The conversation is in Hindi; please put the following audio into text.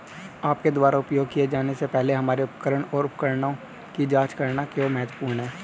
आपके द्वारा उपयोग किए जाने से पहले हमारे उपकरण और उपकरणों की जांच करना क्यों महत्वपूर्ण है?